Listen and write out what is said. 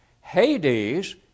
Hades